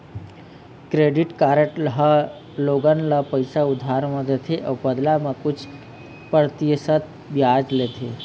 credit card ह लोगन ल पइसा उधार म देथे अउ बदला म कुछ परतिसत बियाज लेथे